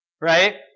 Right